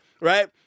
Right